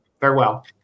Farewell